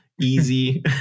easy